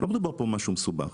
לא מדובר במשהו מסובך.